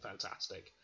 fantastic